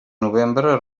novembre